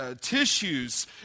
tissues